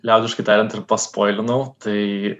liaudiškai tariant ir paspoilinau tai